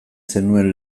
zenuen